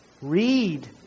Read